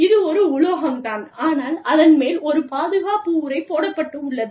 இது ஒரு உலோகம் தான் ஆனால் அதன் மேல் ஒரு பாதுகாப்பு உறை போடப்பட்டுள்ளது